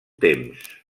temps